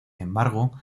embargo